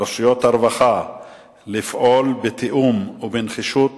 ולרשויות הרווחה לפעול בתיאום ובנחישות